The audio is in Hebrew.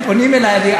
הם פונים אלי,